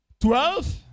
Twelve